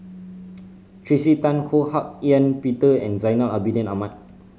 Tracey Tan Ho Hak Ean Peter and Zainal Abidin Ahmad